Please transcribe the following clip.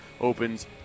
opens